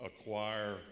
acquire